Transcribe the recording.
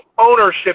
ownership